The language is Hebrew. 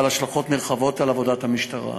בעל השלכות נרחבות על עבודת המשטרה.